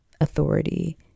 authority